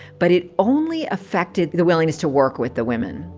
but it only affected the wi llingness to work with the women.